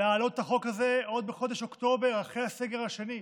להעלות את החוק הזה עוד בחודש אוקטובר אחרי הסגר השני.